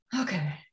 Okay